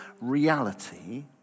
reality